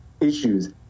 issues